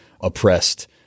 oppressed